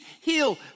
heal